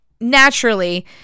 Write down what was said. naturally